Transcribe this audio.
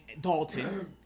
Dalton